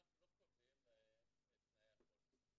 אנחנו לא קובעים להם את תנאי הפוליסה.